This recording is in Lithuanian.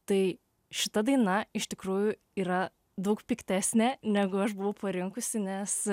tai šita daina iš tikrųjų yra daug piktesnė negu aš buvau parinkusi nes